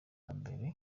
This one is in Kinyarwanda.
kubera